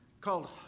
called